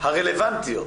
הרלוונטיות